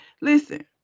Listen